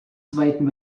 zweiten